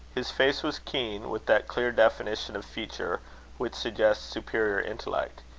his face was keen, with that clear definition of feature which suggests superior intellect.